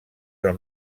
del